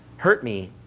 hurt me,